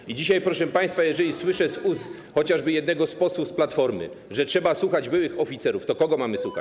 I dzisiaj, proszę państwa, jeżeli słyszę z ust chociażby jednego z posłów z Platformy, że trzeba słuchać byłych oficerów, to kogo mamy słuchać?